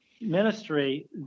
ministry